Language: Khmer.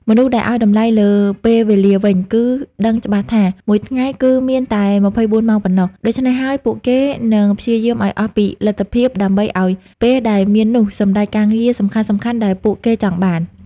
មនុស្សដែលឲ្យតម្លៃលើពេលវេលាវិញ គឺដឹងច្បាស់ថា មួយថ្ងៃគឺមានតែ២៤ម៉ោងប៉ុណ្ណោះ ដូច្នេះហើយពួកគេនឹងព្យាយាមឲ្យអស់ពីលទ្ធភាពដើម្បីអោយពេលដែលមាននោះសម្រេចការងារសំខាន់ៗដែលពួកគេចង់បាន។